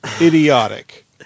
idiotic